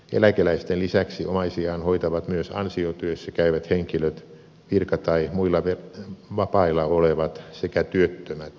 eläkeläisten lisäksi omaisiaan hoitavat myös ansiotyössä käyvät henkilöt virka tai muilla vapailla olevat sekä työttömät henkilöt